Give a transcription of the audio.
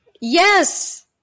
Yes